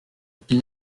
qu’il